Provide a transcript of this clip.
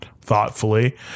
thoughtfully